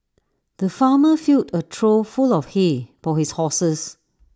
the farmer filled A trough full of hay for his horses